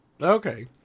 Okay